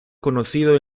conocido